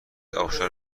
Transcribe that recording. ابشار